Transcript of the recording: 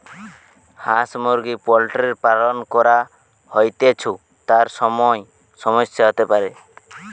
হাঁস মুরগি পোল্ট্রির পালন করা হৈতেছু, তার সময় সমস্যা হতে পারে